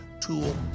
tool